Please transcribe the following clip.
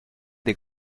des